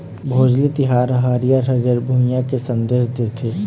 भोजली तिहार ह हरियर हरियर भुइंया के संदेस देथे